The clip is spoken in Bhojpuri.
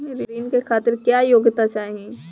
ऋण के खातिर क्या योग्यता चाहीं?